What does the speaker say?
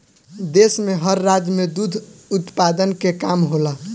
देश में हर राज्य में दुध उत्पादन के काम होला